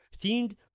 seemed